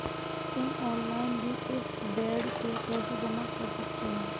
तुम ऑनलाइन भी इस बेड के पैसे जमा कर सकते हो